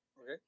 Okay